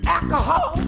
Alcohol